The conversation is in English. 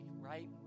right